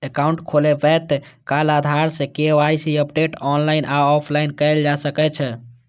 account खोलबैत काल आधार सं के.वाई.सी अपडेट ऑनलाइन आ ऑफलाइन कैल जा सकै छै